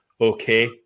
Okay